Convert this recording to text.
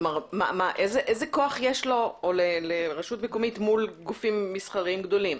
כלומר איזה כוח יש לו או לרשות מקומית מול גופים מסחריים גדולים?